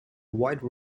wide